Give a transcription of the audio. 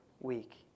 week